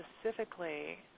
specifically